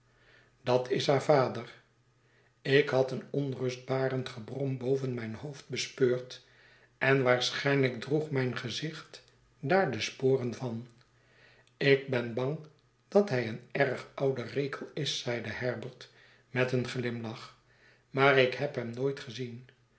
dat is haar vader ik had een onrustbarend gebrom boven mijn hoofd bespeurd en waarschijnlijk droeg mijn gezicht daar de sporen van ik ben bang dat hij een erge oude rekelis zeide herbert met een glimlach maar ik heb hem nooit gezien